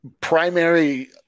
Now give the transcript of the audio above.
primary